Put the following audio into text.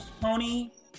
Tony